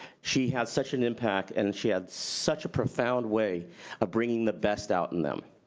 she had such an impact and she had such a profound way of bringing the best out in them.